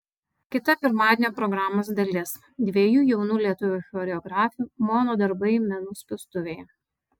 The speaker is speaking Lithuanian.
kita pirmadienio programos dalis dviejų jaunų lietuvių choreografių mono darbai menų spaustuvėje